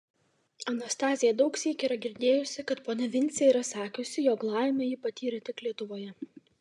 anastazija daugsyk yra girdėjusi kad ponia vincė yra sakiusi jog laimę ji patyrė tik lietuvoje